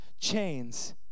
chains